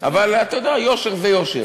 אבל אתה יודע, יושר זה יושר.